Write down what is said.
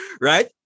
right